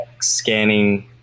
scanning